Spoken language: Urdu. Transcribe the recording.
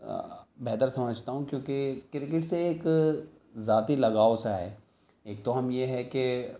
بہتر سمجھتا ہوں کیونکہ کرکٹ سے ایک ذاتی لگاؤ سا ہے ایک تو ہم یہ ہے کہ